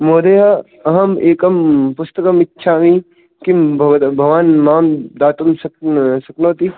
महोदय अहम् एकं पुस्तकम् इच्छामि किं भवत् भवान् मां दातुं शक्नोति